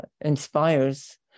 inspires